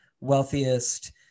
wealthiest